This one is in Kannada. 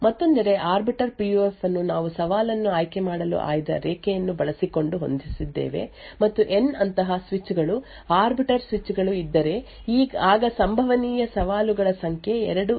ಮತ್ತೊಂದೆಡೆ ಆರ್ಬಿಟರ್ ಪಿಯುಎಫ್ ಅನ್ನು ನಾವು ಸವಾಲನ್ನು ಆಯ್ಕೆಮಾಡಲು ಆಯ್ದ ರೇಖೆಯನ್ನು ಬಳಸಿಕೊಂಡು ಹೊಂದಿಸಿದ್ದೇವೆ ಮತ್ತು ಎನ್ ಅಂತಹ ಸ್ವಿಚ್ ಗಳು ಆರ್ಬಿಟರ್ ಸ್ವಿಚ್ ಗಳು ಇದ್ದರೆ ಆಗ ಸಂಭವನೀಯ ಸವಾಲುಗಳ ಸಂಖ್ಯೆ 2 ಎನ್ ಆಗಿದೆ